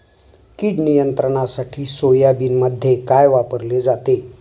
कीड नियंत्रणासाठी सोयाबीनमध्ये काय वापरले जाते?